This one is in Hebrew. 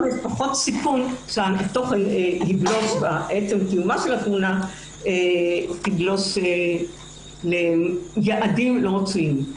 שם יש פחות סיכון שעצם קיומה של התלונה יגלוש ליעדים לא רצויים.